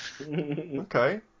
Okay